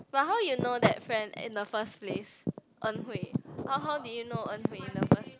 but how you know that friend in the first place En-Hui how did you know En-Hui in the first